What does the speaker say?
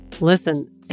Listen